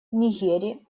нигере